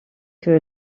que